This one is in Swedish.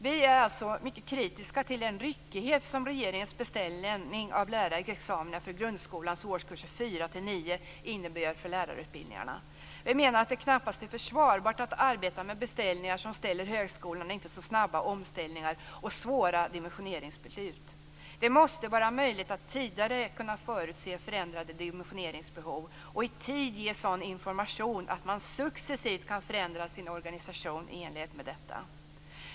Vi är alltså mycket kritiska till den ryckighet som regeringens beställning av lärarexamina för grundskolans årskurser 4-9 innebär för lärarutbildningarna. Vi menar att det knappast är försvarbart att arbeta med beställningar som ställer högskolorna inför så snabba omställningar och svåra dimensioneringsbeslut. Det måste vara möjligt att tidigare kunna förutse förändrade dimensioneringsbehov och i tid ge sådan information att man successivt kan förändra sin organisation i enlighet med detta.